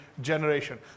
generation